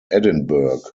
edinburgh